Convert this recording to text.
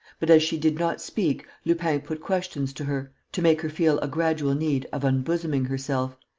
but, as she did not speak, lupin put questions to her, to make her feel a gradual need of unbosoming herself.